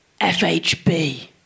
FHB